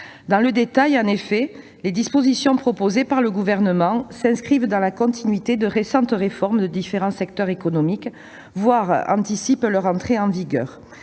Dans le détail, en effet, les dispositions proposées par le Gouvernement s'inscrivent dans la continuité de récentes réformes de différents secteurs économiques, anticipant même parfois leur entrée en vigueur.